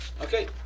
Okay